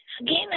Again